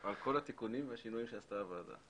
על כל השינויים והתיקונים שעשתה הוועדה.